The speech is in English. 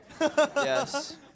Yes